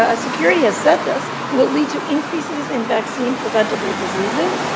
ah security has said this will lead to increases in vaccine preventable diseases.